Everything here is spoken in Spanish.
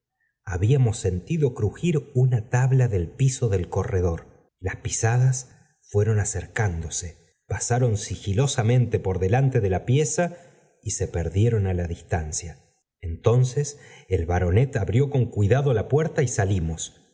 habíamos sentido crujir una tabla del piso del corredor las pisadas fueron acercándose pasaron sigilosamente por delante de la pieza y se perdieron á la distancia entonces el baronet abrió con cuidado la puerta y salimos